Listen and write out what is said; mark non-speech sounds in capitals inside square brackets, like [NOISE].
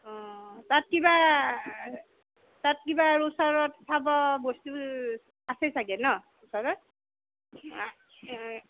অ' তাত কিবা তাত কিবা আৰু ওচৰত চাব বস্তু আছে চাগে ন ওচৰত [UNINTELLIGIBLE]